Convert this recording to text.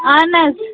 اہن حظ